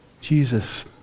Jesus